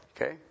Okay